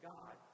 God